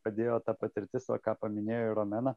padėjo ta patirtis o ką paminėjo ir romena